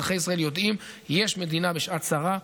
אזרחי ישראל יודעים: יש מדינה בשעת צרה,